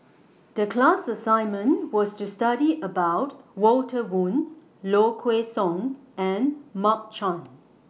The class assignment was to study about Walter Woon Low Kway Song and Mark Chan